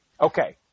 Okay